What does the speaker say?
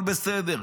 הכול בסדר.